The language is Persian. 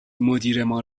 مدیرمان